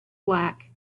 black